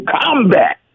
combat